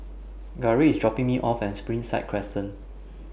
Garrick IS dropping Me off At Springside Crescent